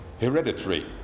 hereditary